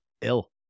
ill